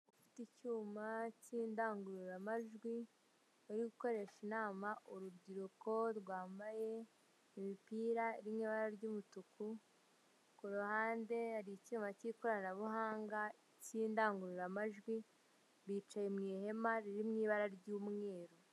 Icyuma cy'indangururamajwi, uri gukoresha inama urubyiruko rwambaye imipira iri mu ibara ry'umutuku, ku ruhande hari icyuma cy'ikoranabuhanga cy'indangururamajwi, bicaye mu ihema riri mu ibara ry'umweru.